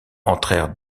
entrèrent